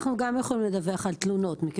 גם אנחנו יכולים לדווח על תלונות.